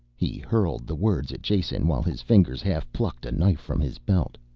he hurled the words at jason while his fingers half-plucked a knife from his belt.